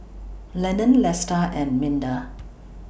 Lenon Lesta and Minda